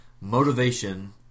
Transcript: motivation